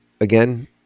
Again